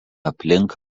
aplink